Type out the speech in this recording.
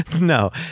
No